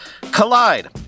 Collide